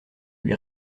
lui